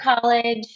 college